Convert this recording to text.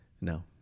No